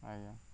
ଆଜ୍ଞା